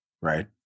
right